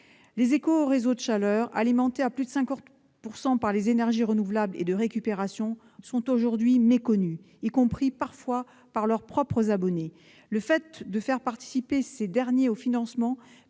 Les écoréseaux de chaleur, alimentés à plus de 50 % par des énergies renouvelables et de récupération, sont aujourd'hui méconnus, y compris, parfois, par leurs propres abonnés. Faire participer ces derniers à leur financement